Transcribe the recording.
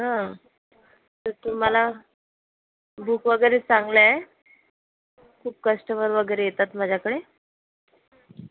त तुम्हाला बूक वगैरे चांगलं आहे खूप कस्टमर वगैरे येतात माझ्याकडे